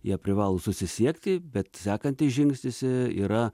jie privalo susisiekti bet sekantis žingsnis yra